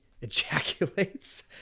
Ejaculates